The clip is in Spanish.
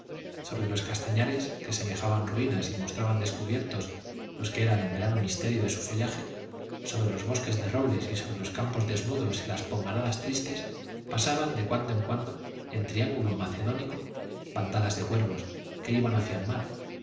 sobre los castañares que semejaban ruinas y mostraban descubiertos los que eran en verano misterios de su follaje sobre los bosques de robles y sobre los campos desnudos y las pomaradas tristes pasaban de cuando en cuando en triángulo macedónico bandadas de cuervos que iban hacia el mar